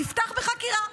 תפתח בחקירה.